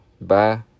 Bye